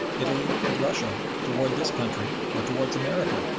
italy, and russia towards this country or towards america,